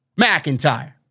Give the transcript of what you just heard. McIntyre